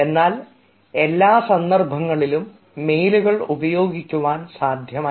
എന്നാൽ എല്ലാ സന്ദർഭങ്ങളിലും മെയിലുകൾ ഉപയോഗിക്കുവാൻ സാധ്യമല്ല